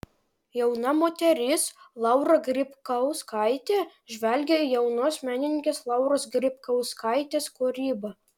jauna moteris laura grybkauskaitė žvelgia į jaunos menininkės lauros grybkauskaitės kūrybą